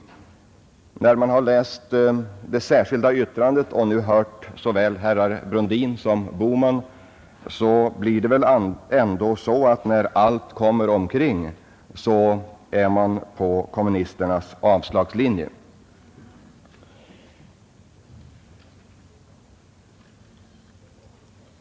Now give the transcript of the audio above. Men när man har läst det särskilda yttrandet av herr Nordgren och lyssnat till såväl herr Brundin som herr Bohman är det väl ändå så, att när allt kommer omkring så är moderaterna och kommunisterna på avslagslinjen.